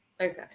Okay